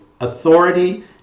authority